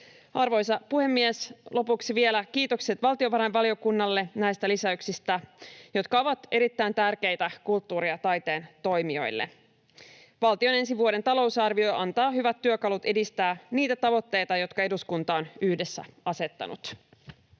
Arvoisa puhemies! Lopuksi vielä kiitokset valtiovarainvaliokunnalle näistä lisäyksistä, jotka ovat erittäin tärkeitä kulttuurin ja taiteen toimijoille. Valtion ensi vuoden talousarvio antaa hyvät työkalut edistää niitä tavoitteita, jotka eduskunta on yhdessä asettanut.